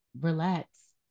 relax